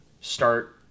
start